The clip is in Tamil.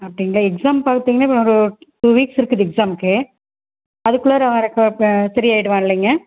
அப்படிங்களா எக்ஸாம் பார்த்தீங்கனா இப்போ ஒரு டூ வீக்ஸ் இருக்குது எக்ஸாம்க்கு அதற்குள்ளாற அவன் ரெக்கவர் சரியாயிடுவான் இல்லைங்க